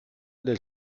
del